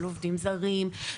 של עובדים זרים,